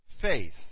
faith